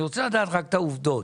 אני רוצה לדעת רק את העובדות,